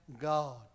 God